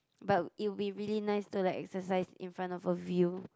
but it'll be really nice to like exercise in front of a view